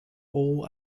all